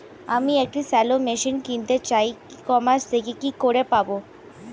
আমি একটি shallow machine কিনতে চাই ই কমার্স থেকে কি করে পাবো?